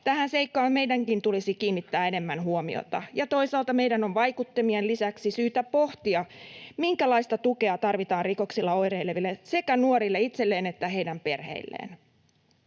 Tähän seikkaan meidänkin tulisi kiinnittää enemmän huomiota. Ja toisaalta meidän on vaikuttimien lisäksi syytä pohtia, minkälaista tukea tarvitaan rikoksilla oireileville, sekä nuorille itselleen että heidän perheilleen.